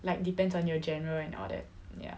like depends on your genre and all that ya